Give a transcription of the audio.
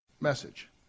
message